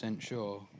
sure